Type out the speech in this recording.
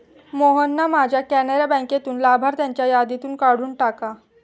मोहनना माझ्या कॅनरा बँकेतून लाभार्थ्यांच्या यादीतून काढून टाका